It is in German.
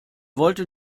wollte